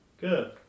Good